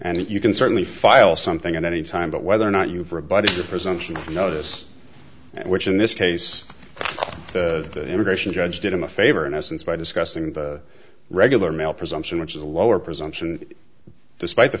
and you can certainly file something at any time but whether or not you for a body the presumption of notice which in this case the immigration judge did him a favor in essence by discussing regular mail presumption which is a lower presumption despite the